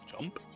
Jump